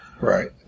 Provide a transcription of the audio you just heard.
right